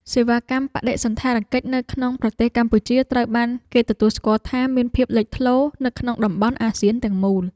សេវាកម្មបដិសណ្ឋារកិច្ចនៅក្នុងប្រទេសកម្ពុជាត្រូវបានគេទទួលស្គាល់ថា មានភាពលេចធ្លោនៅក្នុងតំបន់អាស៊ានទាំងមូល។